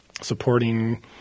Supporting